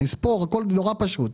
ספר והכול פשוט.